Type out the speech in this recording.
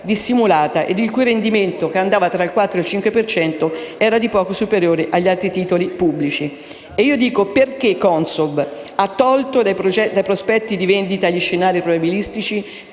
dissimulata ed il cui rendimento, che andava tra il 4 e il 5 per cento, era di poco superiore agli altri titoli pubblici. Mi chiedo inoltre: perché la Consob ha tolto dai prospetti di vendita gli scenari probabilistici?